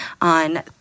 on